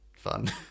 fun